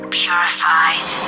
purified